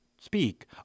speak